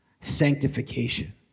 sanctification